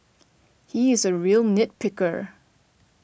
he is a real nit picker